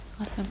Awesome